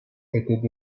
étaient